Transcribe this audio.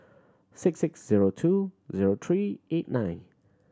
six six zero two zero three eight nine